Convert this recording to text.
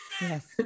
Yes